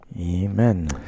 Amen